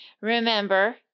Remember